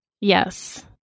yes